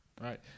Right